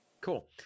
Cool